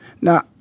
Now